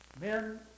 Men